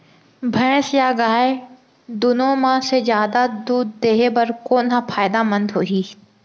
भैंस या गाय दुनो म से जादा दूध देहे बर कोन ह फायदामंद होही?